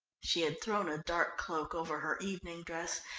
she had thrown a dark cloak over her evening dress,